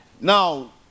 now